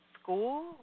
school